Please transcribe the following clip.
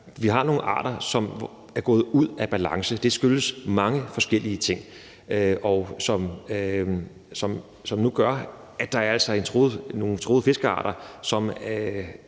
vi har nogle arter, hvor det er gået ud af balance, og det skyldes mange forskellige ting, som nu gør, at der er nogle fiskearter,